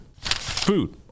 food